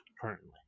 currently